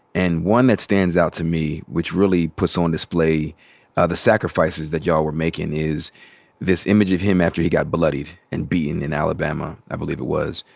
and one that stands out to me which really puts on display the sacrifices that y'all were making is this image of him after he got bloodied and beaten in alabama i believe it was.